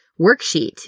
worksheet